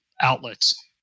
outlets